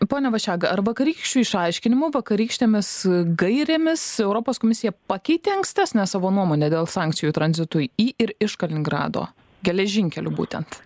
pone vašega ar vakarykščiu išaiškinimu vakarykštėmis gairėmis europos komisija pakeitė ankstesnę savo nuomonę dėl sankcijų tranzitui į ir iš kaliningrado geležinkeliu būtent